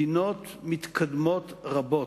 מדינות מתקדמות רבות,